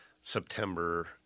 september